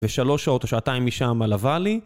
ושלוש שעות או שעתיים משם על הוואלי